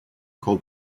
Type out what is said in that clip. called